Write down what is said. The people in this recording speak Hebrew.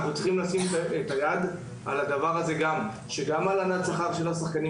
אנחנו צריכים לתת את דעתנו גם על כך שזה לא בסדר להלין את שכר השחקנים.